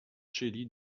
chély